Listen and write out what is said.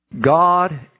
God